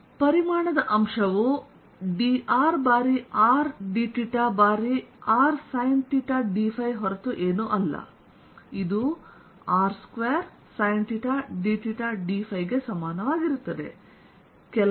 ಆದ್ದರಿಂದ ಪರಿಮಾಣದ ಅಂಶವು dr ಬಾರಿ rdθ ಬಾರಿr sinθ dϕಹೊರತು ಏನೂ ಅಲ್ಲಇದು r2 sinθ dθ dϕಗೆ ಸಮಾನವಾಗಿರುತ್ತದೆ